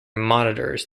monitors